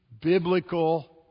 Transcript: biblical